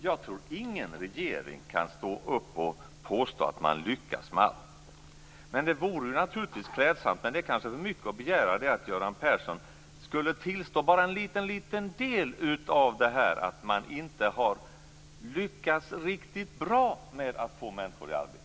Jag tror inte att någon regering kan stå upp och påstå att man lyckats med allt. Det är kanske för mycket att begära, men det vore klädsamt om Göran Persson tillstår bara en liten del av det jag säger om att man inte har lyckats riktigt bra med att få människor i arbete.